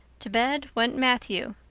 to bed went matthew.